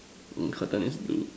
mm curtain is blue